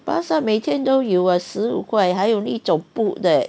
巴刹每天都有 eh 十五块还有一种布的